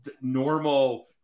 normal